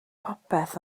popeth